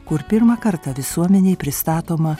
kur pirmą kartą visuomenei pristatoma